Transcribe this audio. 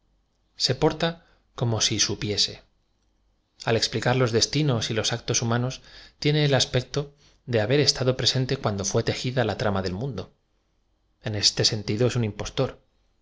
porta como si supiese a l explicar los destinos y los actos humanos tiene el aspecto de haber estado presente cuando lué tejida la tram a del mundo en este sentido es un impostori